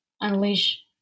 unleash